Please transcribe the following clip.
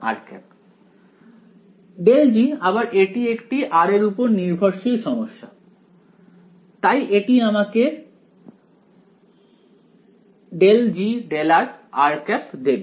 ∇G আবার এটি একটি r এর উপর নির্ভরশীল সমস্যা তাই এটি আমাকে দেবে